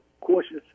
cautious